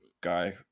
guy